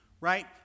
right